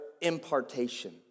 impartation